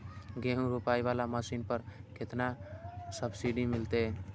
गेहूं रोपाई वाला मशीन पर केतना सब्सिडी मिलते?